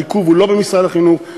העיכוב הוא לא במשרד החינוך,